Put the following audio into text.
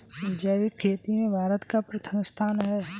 जैविक खेती में भारत का प्रथम स्थान है